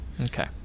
Okay